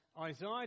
Isaiah